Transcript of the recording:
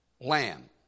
lamb